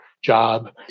job